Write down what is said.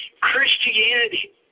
Christianity